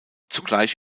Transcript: zugleich